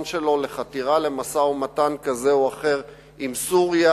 שלו לחתירה למשא-ומתן כזה או אחר עם סוריה,